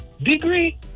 Degree